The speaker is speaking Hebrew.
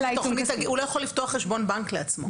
הוא לא יכול לפתוח חשבון בנק לעצמו.